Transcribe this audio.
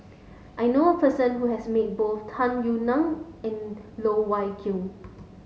I know a person who has met both Tung Yue Nang and Loh Wai Kiew